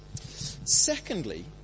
Secondly